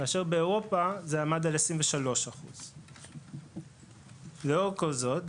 כאשר באירופה הוא עמד על 23%. לאור כל זאת,